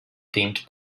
themed